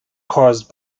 caused